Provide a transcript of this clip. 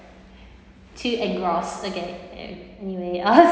too engross okay ya anyway I